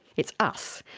it's us.